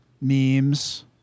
memes